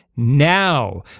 Now